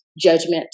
judgment